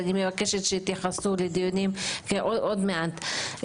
אני מבקשת שיתייחסו לדיונים בדיונים עוד מעט,